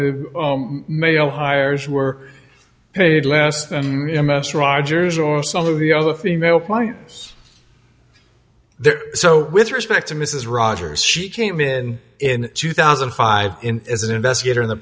the male hires were paid less than a mess rogers or some of the other female clients there so with respect to mrs rogers she came in in two thousand and five as an investigator in the